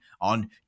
on